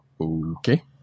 Okay